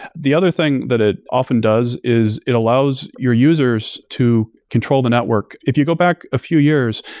the other thing that it often does is it allows your users to control the network. if you go back a few years,